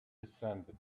descended